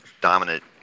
dominant